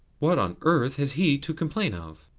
what on earth has he to complain of?